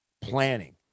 planning